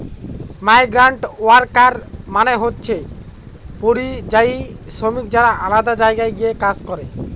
migrant worker মানে হচ্ছে পরিযায়ী শ্রমিক যারা আলাদা জায়গায় গিয়ে কাজ করে